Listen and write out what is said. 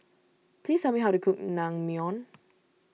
please tell me how to cook Naengmyeon